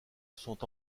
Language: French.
sont